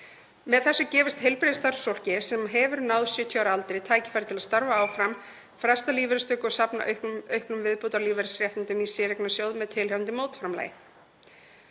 Með þessu gefist heilbrigðisstarfsfólki sem hefur náð 70 ára aldri tækifæri til að starfa áfram, fresta lífeyristöku og safna auknum viðbótarlífeyrisréttindum í séreignarsjóð með tilheyrandi mótframlagi.